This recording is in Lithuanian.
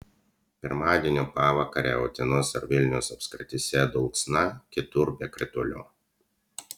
pirmadienio pavakarę utenos ir vilniaus apskrityse dulksna kitur be kritulių